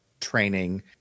training